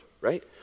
right